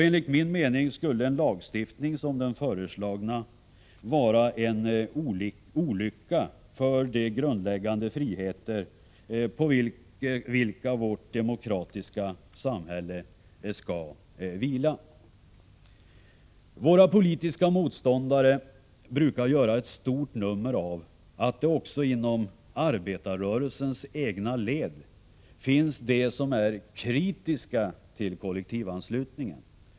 Enligt min mening skulle en lagstiftning som den föreslagna vara en olycka för de grundläggande friheter på vilka vårt demokratiska samhälle skall vila. Våra politiska motståndare brukar göra ett stort nummer av att det också inom arbetarrörelsens egna led finns de som är kritiska mot kollektivanslutningen.